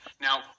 Now